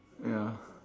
ya